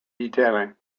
detailing